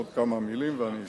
עוד כמה מלים ואני אסיים.